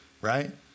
right